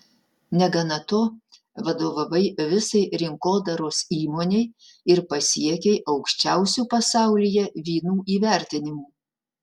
negana to vadovavai visai rinkodaros įmonei ir pasiekei aukščiausių pasaulyje vynų įvertinimų